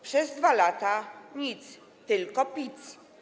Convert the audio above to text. Przez 2 lata nic, tylko pic.